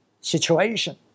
situation